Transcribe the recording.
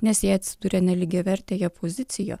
nes jie atsiduria nelygiavertėje pozicija